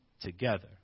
together